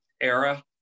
era